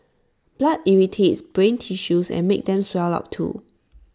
blood irritates brain tissues and makes them swell up too